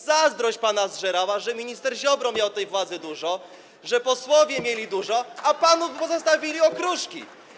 Zazdrość pana zżerała, że minister Ziobro miał tej władzy dużo, że posłowie mieli dużo, a panu pozostawili okruszki.